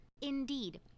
Indeed